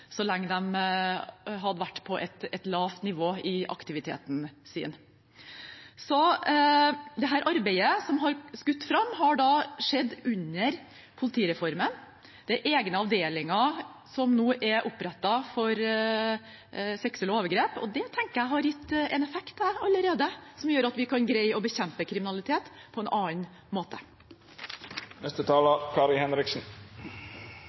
så lenge de har vært på et lavt nivå i aktiviteten sin. Dette arbeidet, som har skutt fart, har skjedd under politireformen. Det er egne avdelinger som nå er opprettet for arbeid mot seksuelle overgrep. Det tenker jeg allerede har gitt en effekt som gjør at vi kan greie å bekjempe kriminalitet på en annen måte.